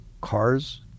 cars